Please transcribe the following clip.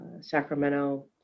Sacramento